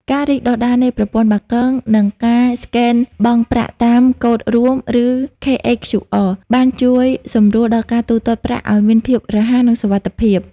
ការរីកដុះដាលនៃប្រព័ន្ធបាគង និងការស្កេនបង់ប្រាក់តាមកូដរួម ( ឬ KHQR) បានជួយសម្រួលដល់ការទូទាត់ប្រាក់ឱ្យមានភាពរហ័ស និងសុវត្ថិភាព។